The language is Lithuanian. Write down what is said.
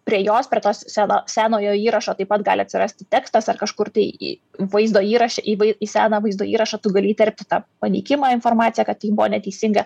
prie jos per to seno senojo įrašo taip pat gali atsirasti tekstas ar kažkur tai vaizdo įraše į seną vaizdo įrašą tu gali įterpti tą paneigimą informaciją kad ji buvo neteisinga